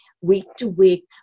week-to-week